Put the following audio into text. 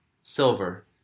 silver